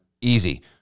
easy